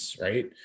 right